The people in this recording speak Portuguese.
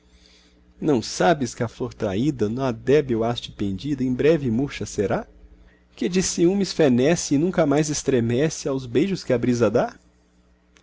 não sabes que a flor traída na débil haste pendida em breve murcha será que de ciúmes fenece e nunca mais estremece aos beijos que a brisa dá